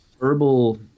herbal